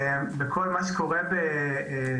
לגבי כל מה שקורה ביישובים